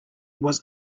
was